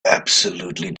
absolutely